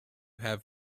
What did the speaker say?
have